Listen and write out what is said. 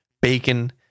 bacon